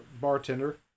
bartender